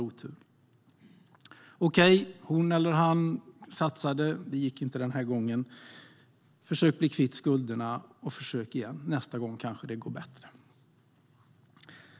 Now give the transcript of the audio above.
"Okej, hon eller han satsade, men det gick inte den här gången. Försök att bli kvitt skulderna, och försök igen! Nästa gång kanske det går bättre."